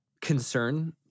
concern